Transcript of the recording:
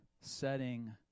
setting